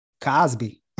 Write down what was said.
cosby